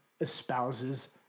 espouses